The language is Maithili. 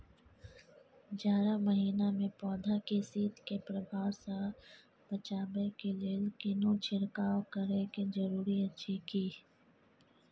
जारा महिना मे पौधा के शीत के प्रभाव सॅ बचाबय के लेल कोनो छिरकाव करय के जरूरी अछि की?